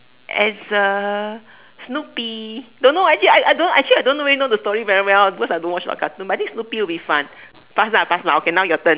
as a snoopy don't know already I don't actually I don't really know the story very well because I don't watch a lot of cartoon but I think snoopy will be fun pass lah pass okay your turn